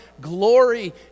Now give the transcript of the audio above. glory